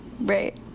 Right